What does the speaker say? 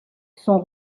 sont